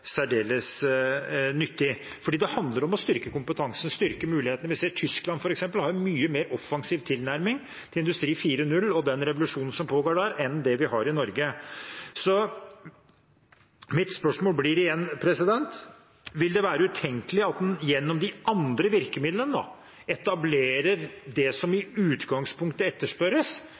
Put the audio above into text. nyttig. Det handler om å styrke kompetansen, styrke mulighetene. Vi ser at Tyskland, f.eks., har en mye mer offensiv tilnærming til industri 4.0 og den revolusjonen som pågår der, enn vi har i Norge. Mitt spørsmål blir igjen: Vil det være utenkelig at en gjennom de andre virkemidlene etablerer det som i utgangspunktet etterspørres,